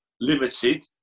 limited